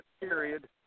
Period